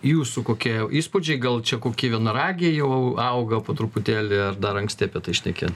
jūsų kokie įspūdžiai gal čia kokie vienaragiai jau auga po truputėlį ar dar anksti apie tai šnekėt